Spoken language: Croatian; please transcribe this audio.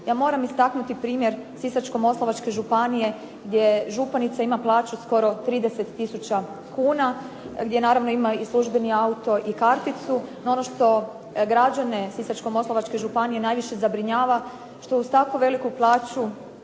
Ja moram istaknuti primjer Sisačko-moslavačke županije gdje županica ima plaću skoro 30 tisuća kuna, gdje naravno ima službeni auto i karticu. No ono što građane Sisačko-moslavačke županije najviše zabrinjava što uz tako veliku plaću